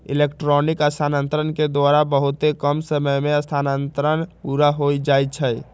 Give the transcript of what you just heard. electronic स्थानान्तरण के द्वारा बहुते कम समय में स्थानान्तरण पुरा हो जाइ छइ